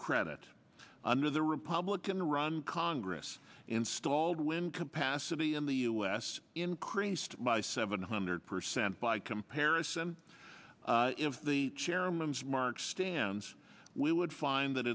credit under the republican run congress installed when capacity in the us increased by seven hundred percent by comparison if the chairman's mark stands we would find that